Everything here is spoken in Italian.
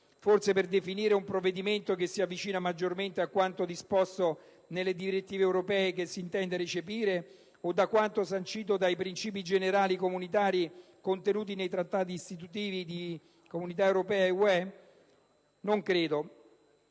Forse per definire un provvedimento che si avvicina maggiormente a quanto disposto nelle direttive europee che si intende recepire o da quanto sancito dai princìpi generali comunitari, contenuti nei Trattati istitutivi di Comunità europea e UE? Non credo